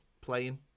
playing